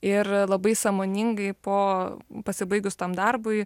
ir labai sąmoningai po pasibaigus tam darbui